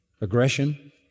aggression